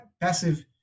passive